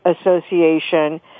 Association